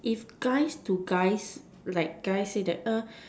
if guys to guys like guy say that